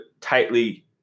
tightly